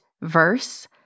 verse